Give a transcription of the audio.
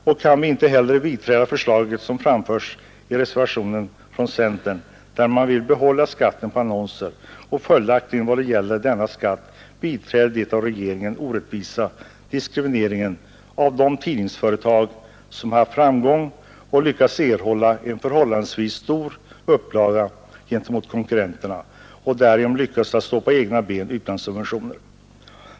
Vi kan inte heller tillstyrka det förslag som framförs i reservationen från centern, som vill bibehålla skatten på annonser och följaktligen biträder regeringens orättvisa diskriminering av de tidningsföretag som haft framgång och lyckats erhålla en förhållandevis stor upplaga i jämförelse med konkurrenterna och därigenom kan stå på egna ben utan subventioner.